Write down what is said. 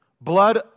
Blood